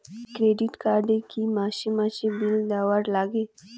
Credit card এ কি মাসে মাসে বিল দেওয়ার লাগে?